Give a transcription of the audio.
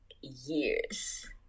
years